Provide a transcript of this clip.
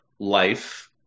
life